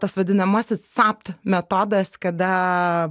tas vadinamasis sapt metodas kada